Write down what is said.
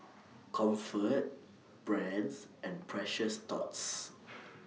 Comfort Brand's and Precious Thots